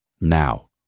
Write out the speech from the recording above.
Now